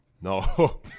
No